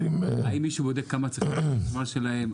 האם מישהו בודק מה צריכת החשמל שלהם?